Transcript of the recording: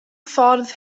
ffordd